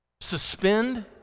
Suspend